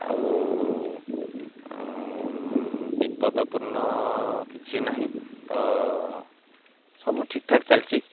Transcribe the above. ଆଉ ବିପଦପୂର୍ଣ୍ଣ କିଛି ନାହିଁ ତ ସବୁ ଠିକଠାକ୍ ଚାଲିଛି